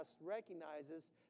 recognizes